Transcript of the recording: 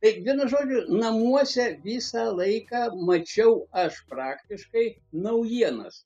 tai vienu žodžiu namuose visą laiką mačiau aš praktiškai naujienas